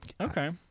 Okay